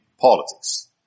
politics